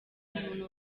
umuntu